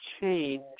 change